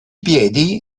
piedi